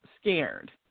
scared